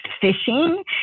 fishing